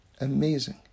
amazing